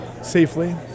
Safely